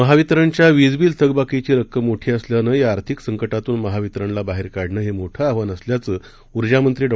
महावितरणच्या वीजबिल थकबाकीची रक्कम मोठी असल्यानं या आर्थिक संकटातून महावितरणला बाहेर काढणं हे मोठे आव्हान असल्याचं ऊर्जा मंत्री डॉ